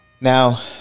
Now